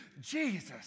Jesus